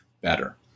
better